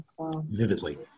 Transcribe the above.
Vividly